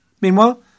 meanwhile